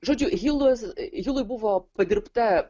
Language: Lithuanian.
žodžiu hilas hilui buvo padirbta